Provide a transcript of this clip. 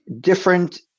Different